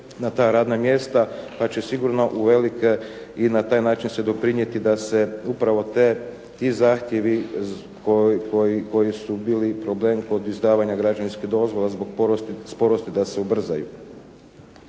na ta radna mjesta pa će sigurno uvelike i na taj način se doprinijeti da se upravo te, ti zahtjevi koji su bili problem kod izdavanja građevinske dozvole zbog sporosti da se ubrzaju.